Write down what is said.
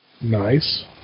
Nice